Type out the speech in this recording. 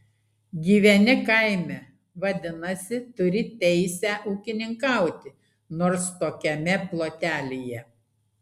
gyveni kaime vadinasi turi teisę ūkininkauti nors tokiame plotelyje